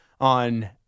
on